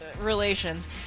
relations